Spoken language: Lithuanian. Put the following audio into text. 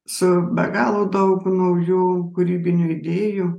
su be galo daug naujų kūrybinių idėjų